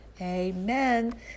Amen